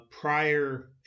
prior